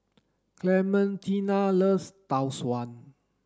Clementina loves Tau Suan